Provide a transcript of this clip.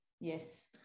Yes